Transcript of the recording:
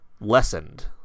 lessened